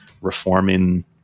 reforming